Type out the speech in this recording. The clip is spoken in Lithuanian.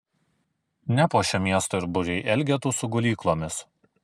nepuošia miesto ir būriai elgetų su gulyklomis